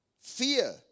Fear